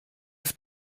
have